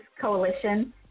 Coalition